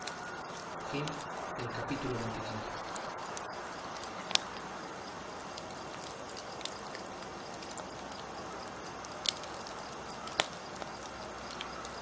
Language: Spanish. fin del cual